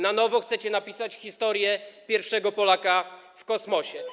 Na nowo chcecie napisać historię pierwszego Polaka w kosmosie.